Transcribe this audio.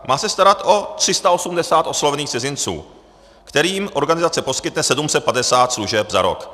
Má se starat o 380 oslovených cizinců, kterým organizace poskytne 750 služeb za rok.